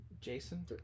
Jason